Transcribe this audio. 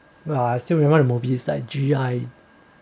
well I still remember the movies like G_I